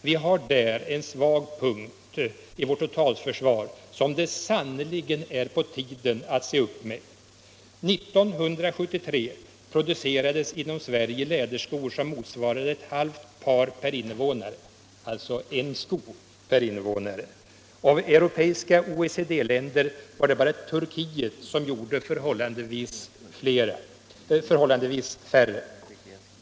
Vi har där en svag punkt i vårt totalförsvar som det sannerligen är på tiden att se upp med. År 1973 producerades inom Sverige läderskor, som motsvarade ett halvt par per invånare, alltså en sko per invånare. Av europeiska OECD-länder var det bara Turkiet som gjorde förhållandevis färre.